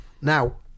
now